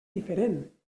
diferent